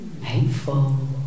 hateful